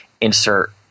insert